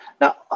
now